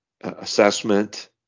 assessment